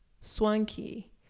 swanky